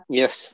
yes